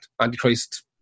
Antichrist